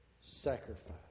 Sacrifice